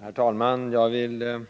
Herr talman! Jag vill